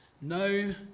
No